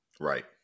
Right